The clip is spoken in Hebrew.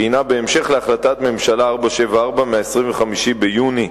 שהיא בהמשך להחלטת ממשלה מס' 474 מ-25 ביוני,